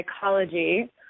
psychology